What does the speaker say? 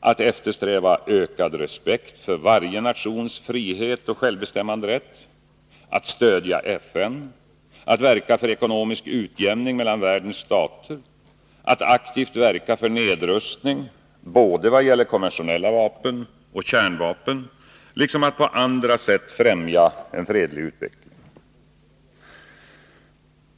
att eftersträva ökad respekt för varje nations frihet och självbestämmanderätt, att stödja FN, att verka för ekonomisk utjämning mellan världens stater, att aktivt verka för nedrustning vad gäller både konventionella vapen och kärnvapen liksom att på andra sätt främja en fredlig utveckling.